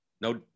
No